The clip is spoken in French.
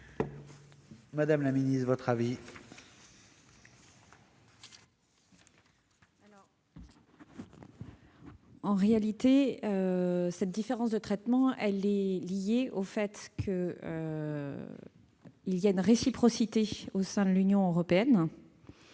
est l'avis du Gouvernement ? En réalité, cette différence de traitement est liée au fait qu'il y a une réciprocité au sein de l'Union européenne.